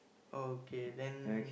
okay then